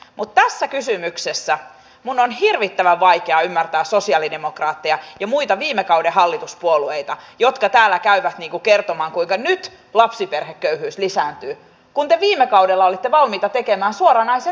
mutta tässä kysymyksessä minun on hirvittävän vaikea ymmärtää sosialidemokraatteja ja muita viime kauden hallituspuolueita jotka täällä käyvät kertomaan kuinka nyt lapsiperheköyhyys lisääntyy kun te viime kaudella olitte valmiita tekemään suoranaisen taso leikkauksen